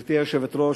גברתי היושבת-ראש,